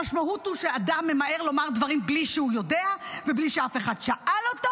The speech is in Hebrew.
המשמעות היא שאדם ממהר לומר דברים בלי שהוא יודע ובלי שאף אחד שאל אותו.